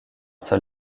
sol